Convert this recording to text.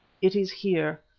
it is here,